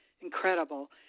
incredible